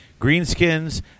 greenskins